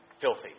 filthy